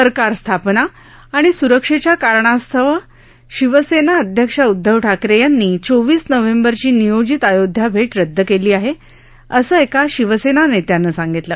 सरकार स्थापना आणि सुरक्षेच्या कारणास्तव शिवसेना अध्यक्ष उदधव ठाकरे यांनी चोवीस नोव्हेंबरची नियोजित अयोध्या भेट रदद केली आहे असं एका शिवसेना नेत्यानं सांगितलं